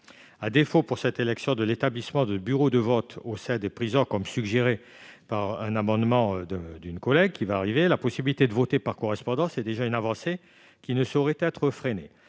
À défaut pour cette élection de l'établissement de bureaux de vote au sein des prisons, comme cela sera suggéré dans un amendement dont nous allons discuter ultérieurement, la possibilité de voter par correspondance est déjà une avancée qui ne saurait être freinée.